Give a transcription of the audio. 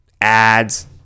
Ads